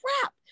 crap